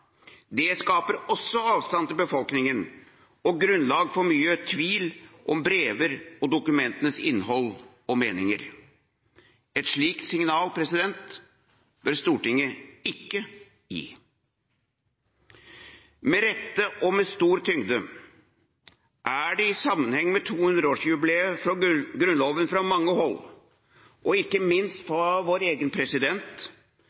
Det skaper også avstand til befolkningen og grunnlag for mye tvil om brev og dokumenters innhold og mening. Et slikt signal bør Stortinget ikke gi. Med rette, og med stor tyngde, er det i sammenheng med 200-årsjubileet for Grunnloven fra mange hold, og ikke minst